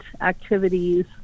activities